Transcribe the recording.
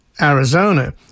Arizona